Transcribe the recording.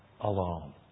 alone